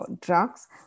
drugs